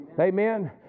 Amen